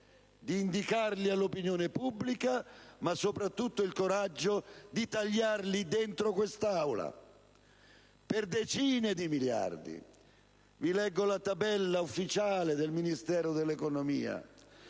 di indicare all'opinione pubblica, ma soprattutto il coraggio di tagliare dentro quest'Aula, per decine di miliardi. Vi leggo la tabella ufficiale del Ministero dell'economia: